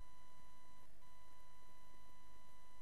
על